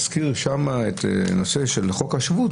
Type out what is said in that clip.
שמזכיר שם את הנושא של חוק השבות,